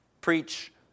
Preach